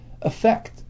effect